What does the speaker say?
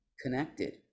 connected